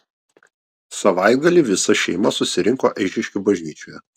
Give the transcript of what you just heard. savaitgalį visa šeima susirinko eišiškių bažnyčioje